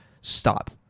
stop